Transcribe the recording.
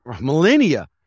millennia